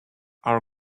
our